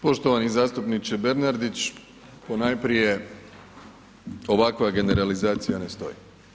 Poštovani zastupniče Bernardić ponajprije ovakva generalizacija ne stoji.